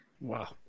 Wow